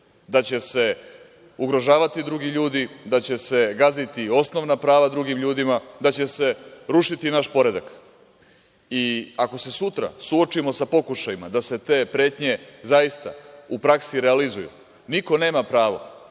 da će se ugrožavati drugi ljudi, da će se gaziti osnovna prava drugim ljudima, da će se rušiti naš poredak. Ako se sutra suočimo sa pokušajima da se te pretnje zaista u praksi realizuju, niko nema pravo